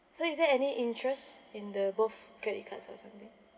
so is there any interest in the both credit cards or something